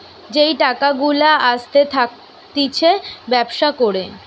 যেই টাকা গুলা আসতে থাকতিছে ব্যবসা করে